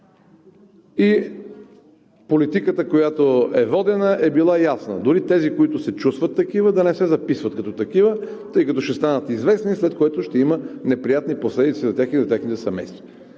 и политиката, която е водена, е била ясна – дори тези, които се чувстват такива, да не се записват като такива, тъй като ще станат известни, след което ще има неприятни последици за тях и за техните семейства.